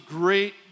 great